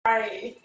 Right